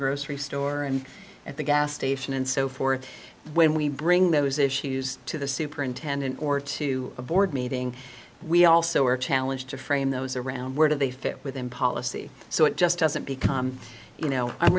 grocery store and at the gas station and so forth when we bring those issues to the superintendent or to a board meeting we also are challenged to frame those around where do they fit within policy so it just doesn't big you know i'm